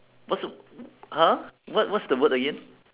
what's the !huh! what what's the word again